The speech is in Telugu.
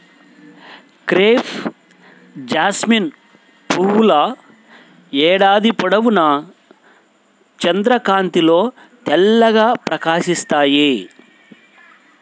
క్రేప్ జాస్మిన్ పువ్వుల ఏడాది పొడవునా చంద్రకాంతిలో తెల్లగా ప్రకాశిస్తాయి